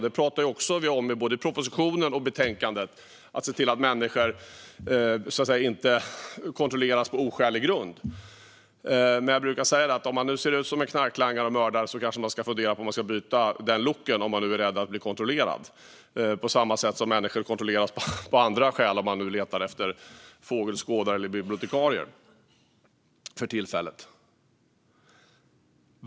Det pratar vi också om i både propositionen och betänkandet - att se till att människor inte kontrolleras på oskälig grund. Men jag brukar säga att om man nu ser ut som en knarklangare eller mördare kanske man ska fundera på om man ska byta den looken om man är rädd att bli kontrollerad på samma sätt som människor kontrolleras av andra skäl om det för tillfället letas efter fågelskådare eller bibliotekarier.